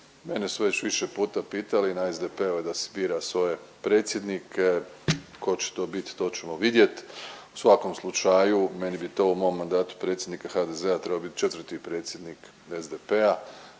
mene su već više puta pitali. Na SDP-u je da si bira svoje predsjednike. Tko će to biti to ćemo vidjeti. U svakom slučaju meni bi to u mom mandatu predsjednika HDZ-a trebao biti četvrti predsjednik SDP-a.